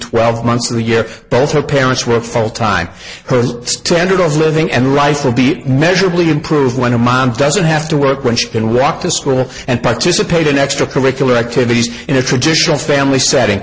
twelve months a year both her parents were full time her standard of living and rice will beat measurably improve when her mom doesn't have to work when she can walk to school and participate in extracurricular activities in a traditional family setting